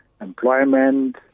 employment